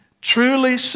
Truly